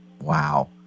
wow